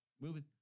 moving